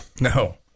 No